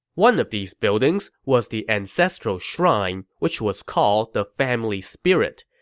one of these buildings was the ancestral shrine, which was called the family spirit.